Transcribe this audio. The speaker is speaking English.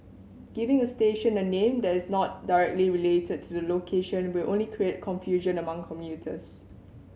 giving a station a name that is not directly related to the location will only create confusion among commuters